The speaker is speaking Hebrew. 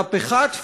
מהפכת פברואר,